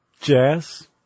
jazz